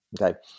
Okay